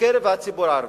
בקרב הציבור הערבי,